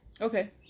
Okay